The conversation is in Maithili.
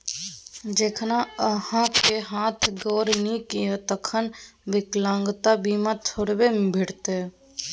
जखन अहाँक हाथ गोर नीक यै तखन विकलांगता बीमा थोड़बे भेटत?